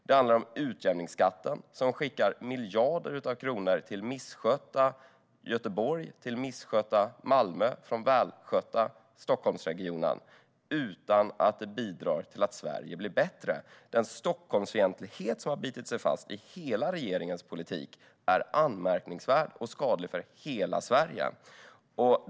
Det handlar om utjämningsskatten som skickar miljarder kronor till misskötta Göteborg och misskötta Malmö från välskötta Stockholmsregionen utan att det bidrar till att Sverige blir bättre. Den Stockholmsfientlighet som har bitit sig fast i hela regeringens politik är anmärkningsvärd och skadlig för hela Sverige.